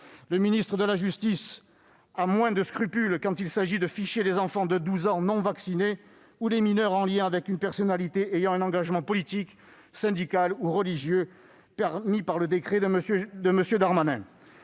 Le garde des sceaux a moins de scrupules, quand il s'agit de ficher les enfants de 12 ans qui ne sont pas vaccinés ou les mineurs en lien avec une personnalité ayant un engagement politique, syndical ou religieux, tel que permis par un décret de M. Darmanin.